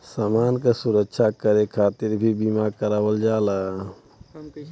समान क सुरक्षा करे खातिर भी बीमा करावल जाला